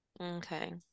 Okay